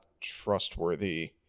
trustworthy